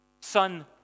Son